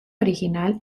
original